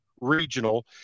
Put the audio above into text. regional